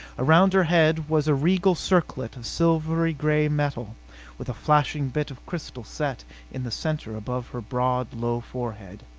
around her head was a regal circlet of silvery gray metal with a flashing bit of crystal set in the center above her broad, low forehead.